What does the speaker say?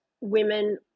women